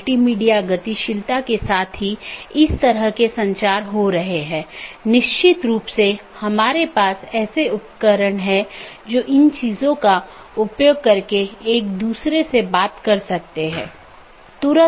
इसका मतलब है यह चीजों को इस तरह से संशोधित करता है जो कि इसके नीतियों के दायरे में है